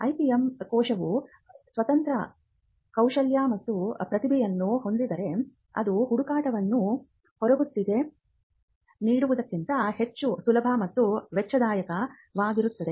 IPM ಕೋಶವು ಸ್ವತಂತ್ರ ಕೌಶಲ್ಯ ಮತ್ತು ಪ್ರತಿಭೆಯನ್ನು ಹೊಂದಿದ್ದರೆ ಅದು ಹುಡುಕಾಟವನ್ನು ಹೊರಗುತ್ತಿಗೆ ನೀಡುವುದಕ್ಕಿಂತ ಹೆಚ್ಚು ಸುಲಭ ಮತ್ತು ವೆಚ್ಚದಾಯಕವಾಗಿರುತ್ತದೆ